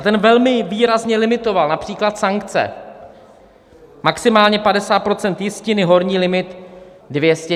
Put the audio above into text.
Ten velmi výrazně limitoval například sankce maximálně 50 % jistiny, horní limit 200 000.